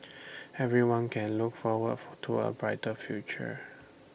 everyone can look forward to A brighter future